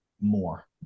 more